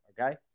Okay